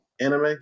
Anime